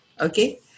Okay